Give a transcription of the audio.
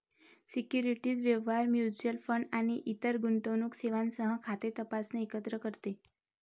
securities व्यवहार, mutual fund आणि इतर गुंतवणूक सेवांसह खाते तपासणे एकत्र करते